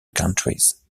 countries